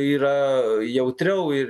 yra jautriau ir